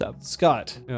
Scott